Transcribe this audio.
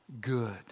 good